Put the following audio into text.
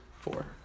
Four